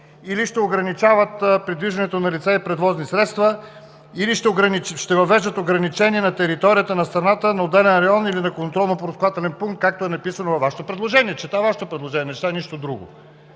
или ще ограничават придвижването на лица и превозни средства, или ще въвеждат ограничение на територията на страната на отделен район или на контролно-пропускателен пункт, както е написано във Вашите предложения? Чета Вашите предложения, не чета нищо друго.